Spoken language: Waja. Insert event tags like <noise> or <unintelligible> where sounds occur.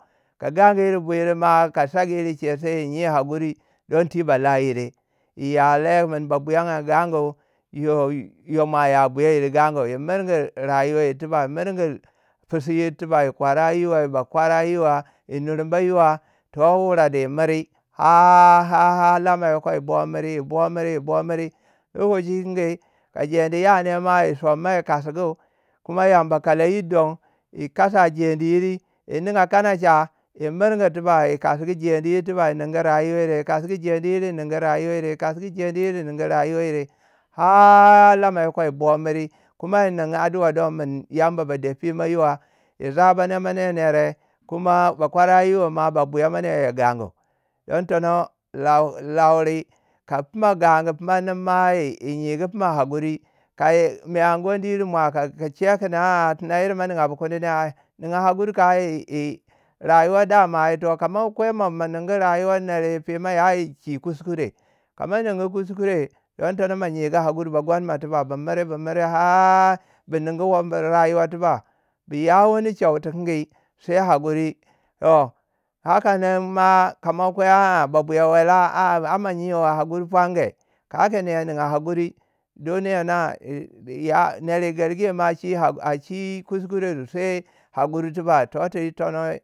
ka gagu'u yiri bwiru ma, ka sagu yiri chei. sai yi nyi hakuri. din ti bala yire yiya lai mun ba buyaga gagu'u, yo- yo mwa ya buyayiri gagu'u. yi muru rayuwa yir tiba. mirgu pisu yir tiba yi kwara yiwa yi bakwara yirwa yi nurba yiwa. to wure di miri har- ha- ha lama yoko, yibo miri yi bo miri yi bo miri lokaci kinge ka jeni ya ne ma yi somma yi kasgu kuma yamba kala yiri don, yi kasa jedi yiri yi niiga kanacha yi mirgi tibak yi kasgu jeni yir tiba yi ningu rayuwa yire, yi kasgu jeni yire ningu rayuwa yire yi kasgu geni ningu rayuwa yire. Ha- ha- ha lama yoko yi bo miri. kuma yi nin addua don min yamba de piya yiruwa yi, <unintelligible> nere kuma bakwara yiro ma ba bwuyaniya gangu. don tono lauri ka pima gagu pinau nin ma yi nyigu pima hakuri ka mai anguwa yir mwa. ka- ka che kun a- a tina yiri ma ninga ningabu kuni ne ai ninga hakuri kau yi- yi rayuwa dama ito. Ka mo kwei mo ma ningu rayuwaa ner yi pima ya yi iyi pima ya wu chi kuskure. Ka ma ningu kuskure don tono ma nyigu hakuri gonmo tiba. bu miri bu miri har bu ningu wo buri rayuwa tiba. Bu ya wani che dikingi sai hakuri toh. har kanin ma ka ma kwe a- a babuya, <unintelligible> a mo nyiwe hakuri pwange.